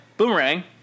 Boomerang